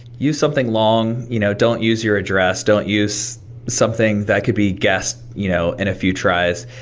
use something long, you know don't use your address, don't use something that could be guessed you know in a few tries.